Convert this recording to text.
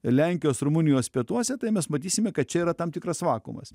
lenkijos rumunijos pietuose tai mes matysime kad čia yra tam tikras vakumas